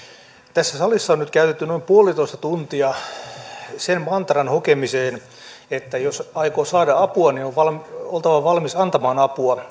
tässä salissa on nyt käytetty noin puolitoista tuntia sen mantran hokemiseen että jos aikoo saada apua niin on oltava valmis antamaan apua